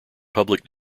public